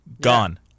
Gone